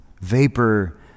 vapor